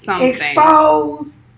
expose